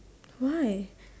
why